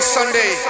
Sunday